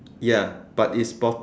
ya but it's bottom